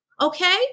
Okay